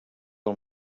del